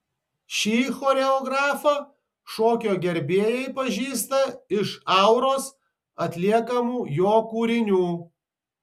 šį choreografą šokio gerbėjai pažįsta iš auros atliekamų jo kūrinių